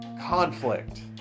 conflict